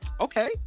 Okay